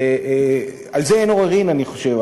על זה אין עוררין, אני חושב.